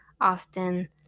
often